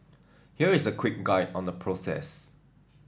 here is a quick guide on the process